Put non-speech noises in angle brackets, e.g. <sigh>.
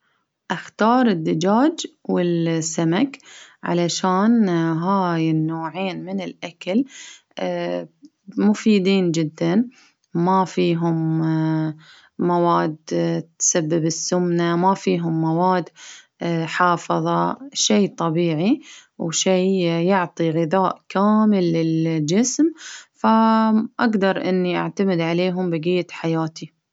أختار الدجاج والسمك ،علشان هاي النوعين من الأكل <hesitation> مفيدين جدا ،ما فيهم <hesitation> مواد <hesitation> تسبب السمنة، ما فيهم مواد <hesitation> حافظة، شي طبيعي وش يعطي غذاء كامل للجسم، أقدر إني أعتمد عليهم بقية حياتي.